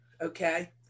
Okay